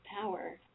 power